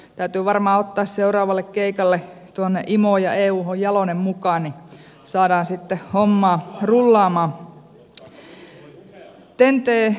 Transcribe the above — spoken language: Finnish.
täytyy varmaan ottaa seuraavalle keikalle tuonne imoon ja euhun jalonen mukaan niin saadaan sitten homma rullaamaan